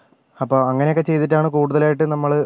അപ്പം അങ്ങനെ ഒക്കെ ചെയ്തിട്ടാണ് കൂടുതലായിട്ടും നമ്മള്